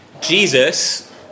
Jesus